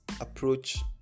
approach